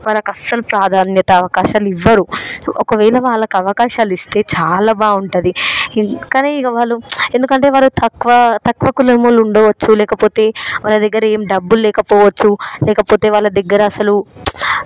మనకు అస్సల ప్రాదన్యత అవకాశాలు ఇవ్వరు ఒకవేళ వాళ్ళకి అవకాశాలు ఇస్తే చాలా బాగుంటుంది కాని ఇంక వాళ్ళు ఎందుకంటే వారు తక్కువ తక్కువ కులమువోళ్ళు ఉండవచ్చు లేకపోతే వాళ్ళదగ్గర ఏమి డబ్బులు లేకపోవచ్చు లేకపోతే వాళ్ళ దగ్గర అసలు